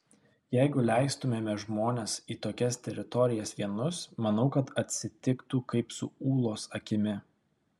jeigu leistumėme žmones į tokias teritorijas vienus manau kad atsitiktų kaip su ūlos akimi